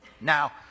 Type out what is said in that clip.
Now